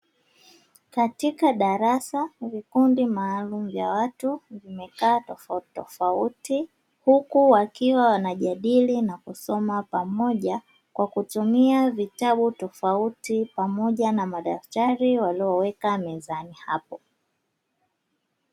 Katika darasa, vikundi maalum vya watu vimekaa tofauti tofauti, huku wakiwa wanajadili na kusoma pamoja kwa kutumia vitabu tofauti, pamoja na madaftari walioweka mezani hapo.